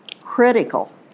critical